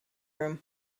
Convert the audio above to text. room